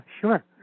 sure